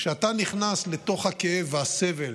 כשאתה נכנס לתוך הכאב והסבל